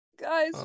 Guys